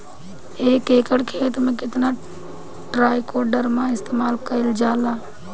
एक एकड़ खेत में कितना ट्राइकोडर्मा इस्तेमाल कईल जाला?